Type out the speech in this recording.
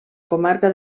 comarca